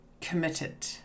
Committed